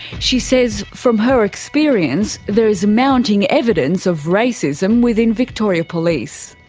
she says, from her experience, there is mounting evidence of racism within victoria police.